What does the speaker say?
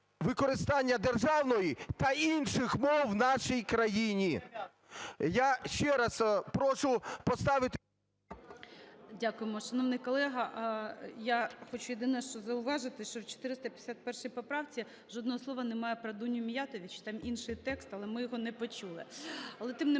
використання державної та інших мов в нашій країні. Я ще раз прошу поставити… ГОЛОВУЮЧИЙ. Дякуємо, шановний колего. Я хочу, єдине, що зауважити, що в 451 поправці жодного слова немає про Дуню Міятович, там інший текст, але ми його не почули.